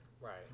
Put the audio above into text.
Right